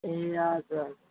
ए हजुर